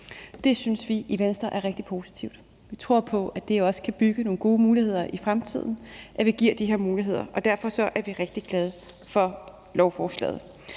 Det synes vi i Venstre er rigtig positivt. Vi tror på, at det også kan bygge nogle gode muligheder i fremtiden, at vi giver de her muligheder, og derfor er vi rigtig glade for lovforslaget.